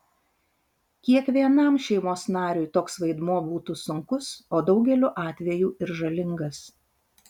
kiekvienam šeimos nariui toks vaidmuo būtų sunkus o daugeliu atvejų ir žalingas